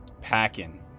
Packing